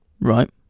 Right